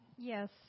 Yes